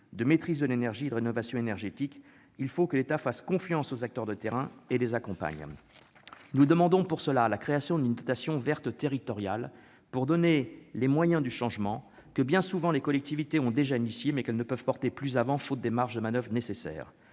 de maîtrise de l'énergie et de rénovation énergétique. Il faut que l'État fasse confiance aux acteurs de terrain et les accompagne. Nous demandons à cet effet la création d'une dotation verte territoriale pour donner aux collectivités les moyens du changement que, bien souvent, elles ont déjà engagé, mais qu'elles ne peuvent poursuivre plus avant faute des marges de manoeuvre nécessaires.